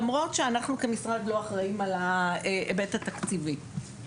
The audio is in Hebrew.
למרות שאנחנו כמשרד לא אחראים על ההיבט התקציבי.